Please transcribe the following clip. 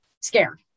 scared